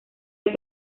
del